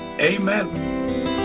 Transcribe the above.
Amen